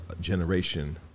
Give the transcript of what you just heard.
generation